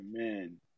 Amen